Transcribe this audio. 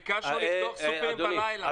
ביקשנו לפתוח סופרים בלילה.